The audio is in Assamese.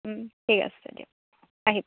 ঠিক আছে দিয়ক আহিব